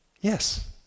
Yes